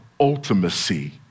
ultimacy